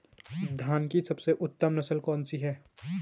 धान की सबसे उत्तम नस्ल कौन सी है?